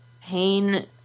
pain